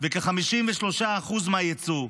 וכ-53% מהיצוא.